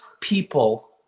people